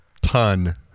ton